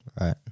Right